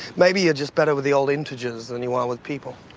maybe you're just better with the old integers than you are with people.